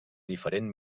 diferent